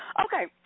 Okay